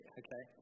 okay